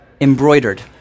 embroidered